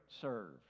serve